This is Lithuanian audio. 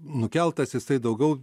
nukeltas jisai daugiau